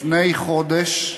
לפני חודש,